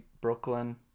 Brooklyn